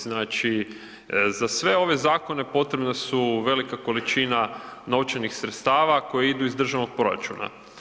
Znači za sve ove zakone potrebna je velika količina novčanih sredstava koja idu iz državnog proračuna.